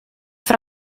fra